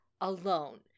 alone